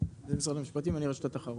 מרשות התחרות.